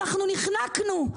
אנחנו נחנקנו.